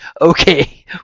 okay